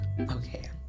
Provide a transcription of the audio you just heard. okay